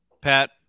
Pat